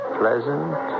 pleasant